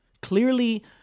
clearly